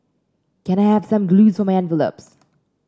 can I have some glue of my envelopes